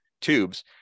tubes